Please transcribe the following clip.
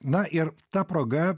na ir ta proga